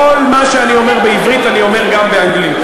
כל מה שאני אומר בעברית, אני אומר גם באנגלית.